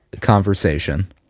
conversation